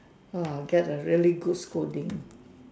!wah! get a really good scolding